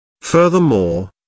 Furthermore